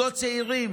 לזוגות צעירים?